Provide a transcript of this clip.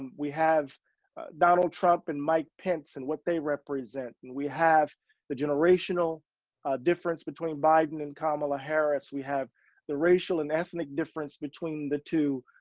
we have donald donald trump and mike pence and what they represent and we have the generational difference between biden and kamala harris. we have the racial and ethnic difference between the two.